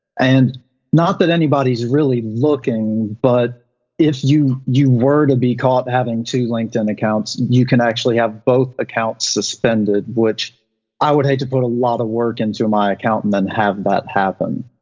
and not that anybody's really looking, but if you you were to be caught having two linkedin accounts, you can actually have both accounts suspended, which i would hate to put a lot of work into my account and then have that happen.